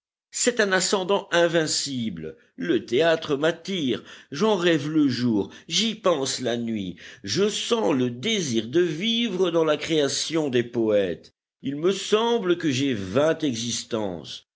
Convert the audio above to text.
c'est un ascendant invincible le théâtre m'attire j'en rêve le jour j'y pense la nuit je sens le désir de vivre dans la création des poëtes il me semble que j'ai vingt existences